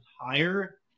higher